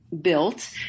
built